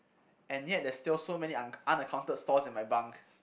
and yet there's still so many unc~ unaccounted stores in my bunk